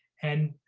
and,